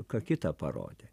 ką kitą parodė